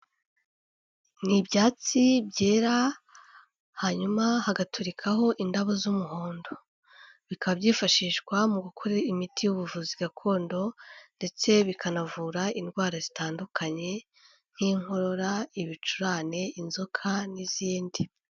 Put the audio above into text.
Ni ibyatsi byera hanyuma hagaturikaho indabo z'umuhondo, bikaba byifashishwa mu gukora imiti y'ubuvuzi gakondo ndetse bikanavura indwara zitandukanye nk'inkorora, ibicurane, inzoka n'izindi.